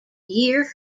year